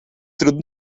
trud